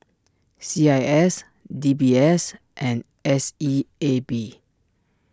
C I S D B S and S E A B